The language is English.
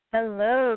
Hello